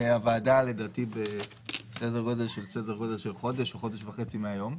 הוועדה בעוד חודש או חודש וחצי מהיום.